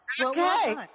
Okay